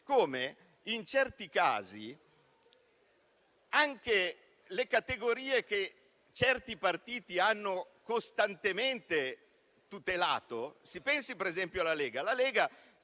accade in certi casi alle categorie che certi partiti hanno costantemente tutelato. Si pensi, per esempio, alla Lega.